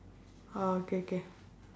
orh okay K